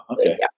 okay